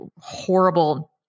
horrible